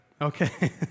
Okay